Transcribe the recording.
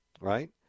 right